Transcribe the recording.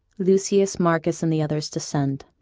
lucius, marcus, and the others descend